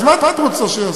אז מה את רוצה שיעשו?